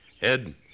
Ed